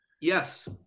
Yes